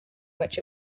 which